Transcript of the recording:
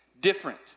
different